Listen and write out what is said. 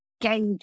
gauge